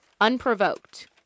Unprovoked